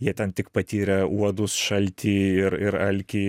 jie ten tik patyrę uodus šaltį ir ir alkį